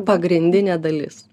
pagrindinė dalis